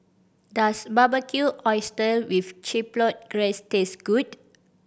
does Barbecued Oyster with Chipotle Glaze taste good